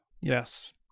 Yes